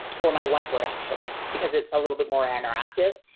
or my whiteboard actually because it's a little bit more interactive.